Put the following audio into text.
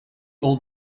old